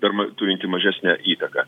dar ma turinti mažesnę įtaką